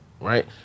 right